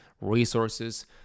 resources